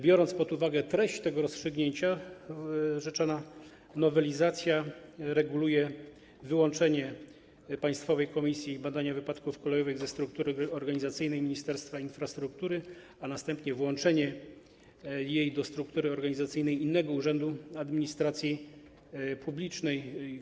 Biorąc pod uwagę treść tego rozstrzygnięcia, rzeczona nowelizacja reguluje wyłączenie Państwowej Komisji Badania Wypadków Kolejowych ze struktury organizacyjnej Ministerstwa Infrastruktury, a następnie włączenie jej do struktury organizacyjnej innego urzędu administracji publicznej.